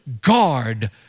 Guard